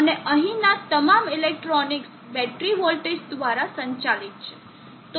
અને અહીંના તમામ ઇલેક્ટ્રોનિક્સ બેટરી વોલ્ટેજ દ્વારા સંચાલિત છે